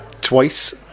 twice